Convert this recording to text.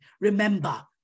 remember